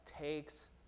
takes